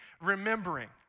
remembering